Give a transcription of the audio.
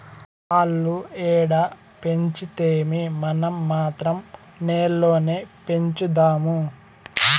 ఆల్లు ఏడ పెంచితేమీ, మనం మాత్రం నేల్లోనే పెంచుదాము